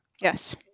Yes